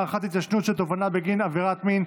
הארכת התיישנות של תובענה בגין עבירת מין)